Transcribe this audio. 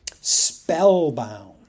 spellbound